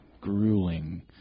grueling